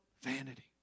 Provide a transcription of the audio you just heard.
vanity